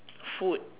food